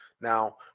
Now